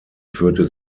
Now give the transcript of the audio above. führte